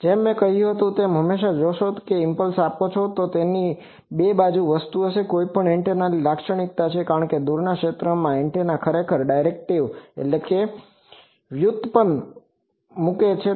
જેમ મેં કહ્યું હતું કે તમે હંમેશાં જોશો કે જો તમે ઈમ્પલ્સ આપો છો તો તેમાં આ બે બાજુવાળી વસ્તુ હશે જે કોઈપણ એન્ટેનાની લાક્ષણિકતા છે કારણ કે દૂરના ક્ષેત્રમાં એન્ટેના ખરેખર ડેરીવેટીવDerivativeવ્યુત્પન્ન મૂકે છે